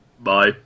Bye